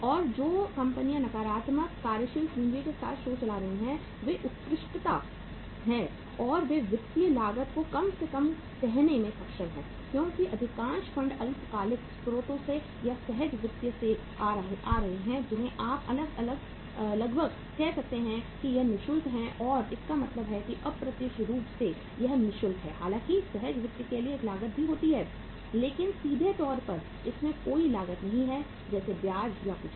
और जो कंपनियाँ नकारात्मक कार्यशील पूंजी के साथ शो चला रही हैं वे उत्कृष्टता हैं और वे वित्तीय लागत को कम से कम कहने में सक्षम हैं क्योंकि अधिकांश फंड अल्पकालिक स्रोतों से या सहज वित्त से आ रहे हैं जिन्हें आप लगभग कह सकते हैं यह नि शुल्क है और इसका मतलब है कि अप्रत्यक्ष रूप से यह नि शुल्क है हालांकि सहज वित्त के लिए एक लागत भी है लेकिन सीधे तौर पर इसमें कोई लागत नहीं है जैसे ब्याज या कुछ भी